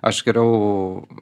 aš geriau